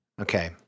Okay